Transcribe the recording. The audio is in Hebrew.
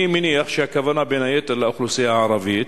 אני מניח שהכוונה בין היתר, לאוכלוסייה הערבית.